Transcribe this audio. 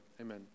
Amen